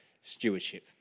stewardship